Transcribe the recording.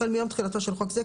החל מיום תחילתו של חוק זה,